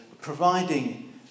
providing